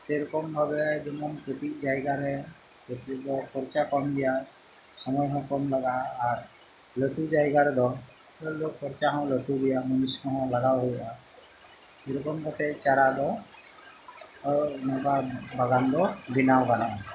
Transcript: ᱥᱮ ᱨᱚᱠᱚᱢ ᱵᱷᱟᱵᱮ ᱡᱮᱢᱚᱱ ᱠᱟᱹᱴᱤᱡ ᱡᱟᱭᱜᱟ ᱨᱮ ᱠᱟᱹᱴᱤᱡ ᱫᱚ ᱠᱷᱚᱨᱪᱟ ᱠᱚᱢ ᱜᱮᱭᱟ ᱥᱚᱢᱚᱭᱦᱚᱸ ᱠᱚᱢ ᱞᱟᱜᱟᱜᱼᱟ ᱟᱨ ᱞᱟᱹᱴᱩ ᱡᱟᱭᱜᱟ ᱨᱮᱫᱚ ᱠᱷᱚᱨᱪᱟᱦᱚᱸ ᱞᱟᱹᱴᱩ ᱜᱮᱭᱟ ᱢᱩᱱᱤᱥ ᱠᱚᱸᱦᱚ ᱞᱟᱜᱟᱣ ᱦᱩᱭᱩᱜᱼᱟ ᱥᱮᱹᱨᱚᱠᱚᱢ ᱠᱟᱛᱮ ᱪᱟᱨᱟ ᱫᱚ ᱱᱚᱝᱠᱟ ᱵᱟᱜᱟᱱ ᱫᱚ ᱵᱮᱱᱟᱣ ᱜᱟᱱᱚᱜᱼᱟ